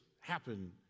happen